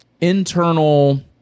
internal